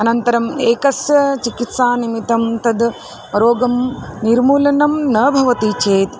अनन्तरम् एकस्य चिकित्सा निमित्तं तद् रोगस्य निर्मूलनं न भवति चेत्